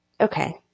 okay